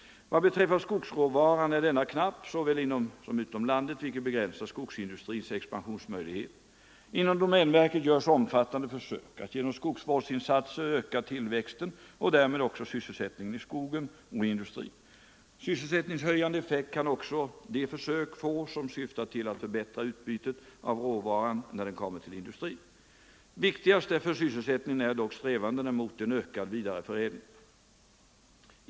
Vad beträffar skogsråvaran är denna knapp, såväl inom som utom landet, vilket begränsar skogsindustrins expansionsmöjligheter. Inom domänverket görs omfattande försök att genom skogsvårdsinsatser öka till växten och därmed också sysselsättningen i skogen och i industrin. Sysselsättningshöjande effekt kan också de försök få som syftar till att förbättra utbytet av råvaran när den kommer till industrin. Viktigast för sysselsättningen är dock strävandena mot en ökad vidareförädling.